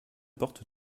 porte